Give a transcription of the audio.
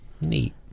Neat